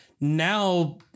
now